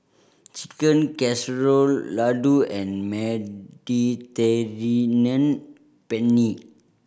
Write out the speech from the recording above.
Chicken Casserole Ladoo and Mediterranean Penne